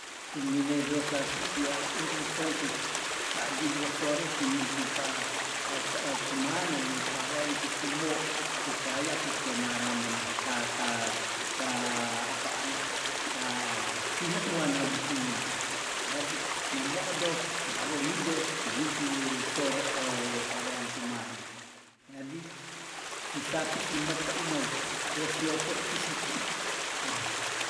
Kunmile dosapi sia urusengku pagi wo sore siningkupa ke kuman nowu pareng kukumo supaya kukenara mena ka- ka- kaapa ana ka sineuana butul, jadi memodo mawengido siningku isoro wo pareng kuman, jadi sisapi si mete umou wosiopo kusiti ih, ngah.